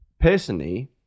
personally